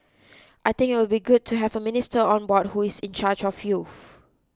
I think it will be good to have a minister on board who is in charge of youth